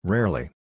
Rarely